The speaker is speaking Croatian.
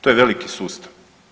To je veliki sustav.